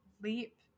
leap